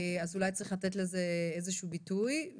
אז אולי צריך לתת לזה איזשהו ביטוי.